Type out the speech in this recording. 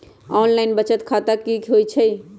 Online बचत खाता की होई छई?